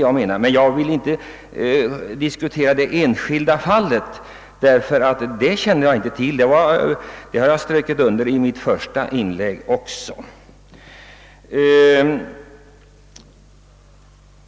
Jag vill sålunda inte diskutera det enskilda fallet; det underströk jag också i mitt första inlägg.